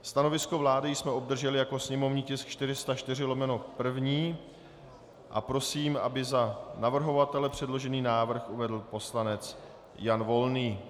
Stanovisko vlády jsme obdrželi jako sněmovní tisk 404/1 a prosím, aby za navrhovatele předložený návrh uvedl poslanec Jan Volný.